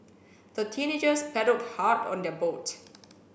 the teenagers paddled hard on their boat